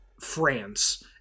France